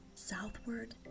southward